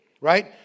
right